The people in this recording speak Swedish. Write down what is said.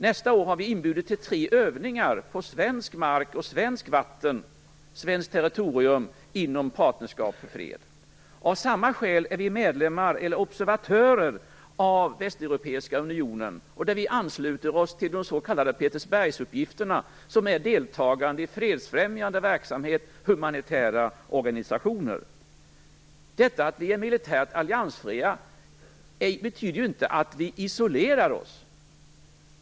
Nästa år har vi inbjudit till tre övningar på svensk mark och svenskt vatten - svenskt territorium - inom Partnerskap för fred. Av samma skäl är vi observatörer av Västeuropeiska unionen. Vi ansluter oss till de s.k. Petersberguppgifterna, som innebär deltagande i fredsfrämjande verksamhet och humanitära organisationer. Att vi är militärt alliansfria betyder inte att vi isolerar oss.